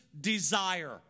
desire